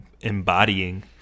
embodying